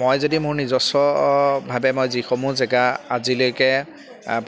মই যদি মোৰ নিজস্বভাৱে মই যিসমূহ জেগা আজিলৈকে